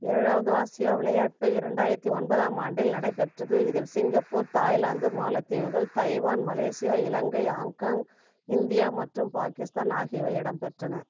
ஏழாவது ஆசியா விளையாட்டு இரண்டாயிரத்து ஒன்பதாம் ஆண்டில் நடைபெற்றது இதில் சிங்கப்பூர் தாய்லாந்து மாலத்தீவுகள் Taiwan Malaysia Ilangai Hong Kong India மற்றும் பாகிஸ்தான் ஆகியவை இடம் பெற்றன